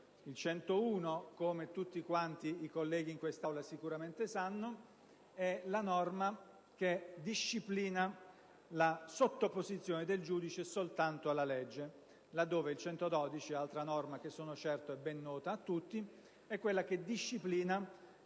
101 - come tutti quanti i colleghi in quest'Aula sicuramente sanno - è la norma che stabilisce la sottoposizione del giudice soltanto alla legge, laddove l'articolo 112 - altra norma che sono certo è ben nota a tutti - disciplina